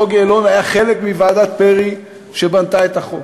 בוגי יעלון היה חלק מוועדת פרי שבנתה את החוק,